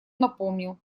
напомнил